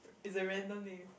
is a random name